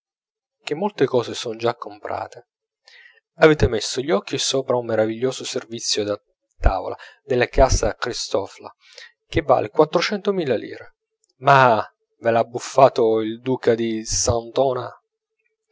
che molte cose son già comprate avete messo gli occhi sopra un meraviglioso servizio da tavola della casa cristophle che vale quattrocento mila lire ma ve l'ha buffato il duca di santoa